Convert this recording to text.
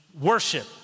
worship